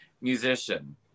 musician